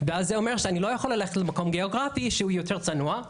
ואז זה אומר שאני לא יכול ללכת למקום גיאוגרפי שהוא יותר צנוע,